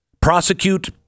Prosecute